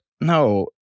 No